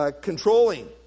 controlling